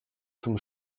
zum